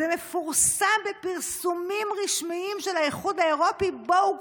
זה מפורסם בפרסומים רשמיים של האיחוד האירופי: בואו,